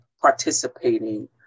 participating